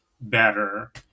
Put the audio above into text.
better